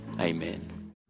Amen